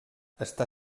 està